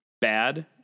bad